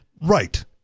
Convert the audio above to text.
Right